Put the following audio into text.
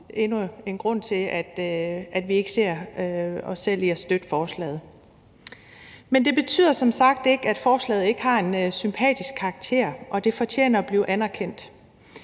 det er endnu en grund til, at vi ikke ser os selv støtte forslaget. Men det betyder som sagt ikke, at forslaget ikke har en sympatisk karakter, og det fortjener at blive anerkendt.